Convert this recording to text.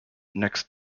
next